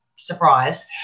Surprise